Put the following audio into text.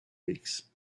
weeks